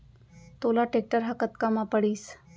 तोला टेक्टर ह कतका म पड़िस?